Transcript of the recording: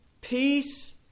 peace